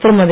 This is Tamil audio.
திருமதி